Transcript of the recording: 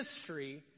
history